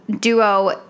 duo